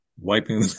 wiping